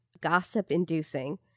gossip-inducing